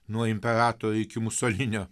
nuo imperatorių iki musolinio